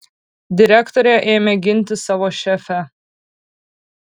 direktorė ėmė ginti savo šefę